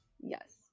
yes